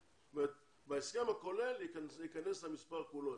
בהסכם הכולל ייכנס המספר כולו,